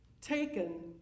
taken